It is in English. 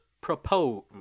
propose